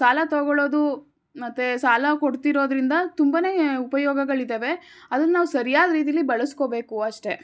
ಸಾಲ ತಗೊಳ್ಳೋದು ಮತ್ತು ಸಾಲ ಕೊಡ್ತಿರೋದರಿಂದ ತುಂಬ ಉಪಯೋಗಗಳಿದ್ದಾವೆ ಅದನ್ನ ನಾವು ಸರಿಯಾದ ರೀತಿಲಿ ಬಳಸ್ಕೊಬೇಕು ಅಷ್ಟೆ